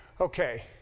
Okay